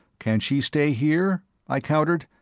can she stay here? i countered.